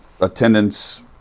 attendance